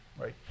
right